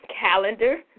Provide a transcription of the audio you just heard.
calendar